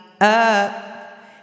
Up